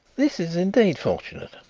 this is indeed fortunate.